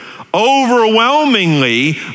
Overwhelmingly